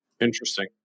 interesting